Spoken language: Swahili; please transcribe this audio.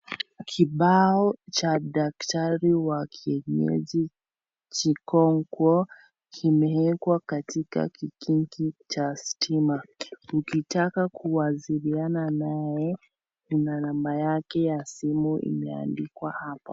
Kibao cha daktari wa kienyeji kikogwo kimewekwa katika kikingi cha stima. Ukitaka kuwasiliana naye, kuna namba yake ya simu imeandikwa hapo.